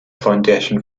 foundation